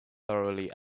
thoroughly